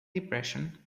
depression